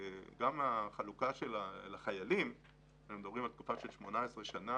כי צריך לאתר את החיילים ששירתו לפני 18 שנה,